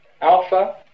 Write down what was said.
alpha